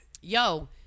Yo